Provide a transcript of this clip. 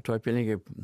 tuoj pinigai